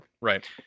Right